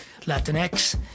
Latinx